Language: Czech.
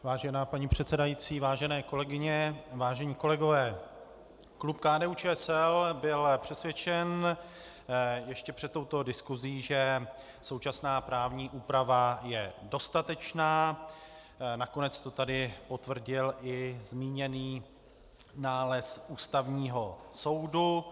Vážená paní předsedající, vážené kolegyně, vážení kolegové, klub KDUČSL byl přesvědčen ještě před touto diskusí, že současná právní úprava je dostatečná, nakonec to tady potvrdil i zmíněný nález Ústavního soudu.